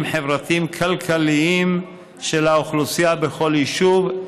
חברתיים-כלכליים של האוכלוסייה בכל יישוב,